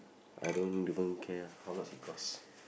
I don't even care how much it cost